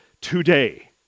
today